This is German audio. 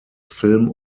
film